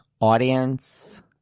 Audience